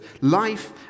life